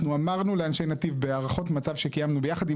אנחנו אמרנו לאנשי "נתי"ב" בהערכות מצב שקיימנו ביחד,